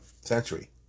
century